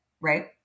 right